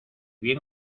bien